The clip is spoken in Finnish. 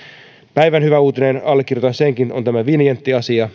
päivän hyvä uutinen allekirjoitan senkin on tämä vinjettiasia